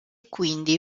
quindi